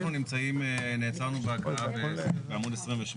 אנחנו נעצרנו בהקראה בעמוד 28,